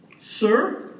sir